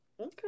Okay